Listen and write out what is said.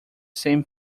same